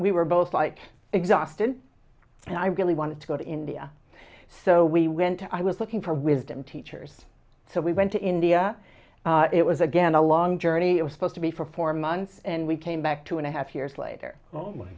we were both like exhausted and i really wanted to go to india so we went to i was looking for wisdom teachers so we went to india it was again a long journey it was supposed to be for four months and we came back two and a half years later